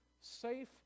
Safe